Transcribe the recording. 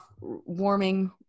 warming